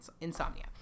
insomnia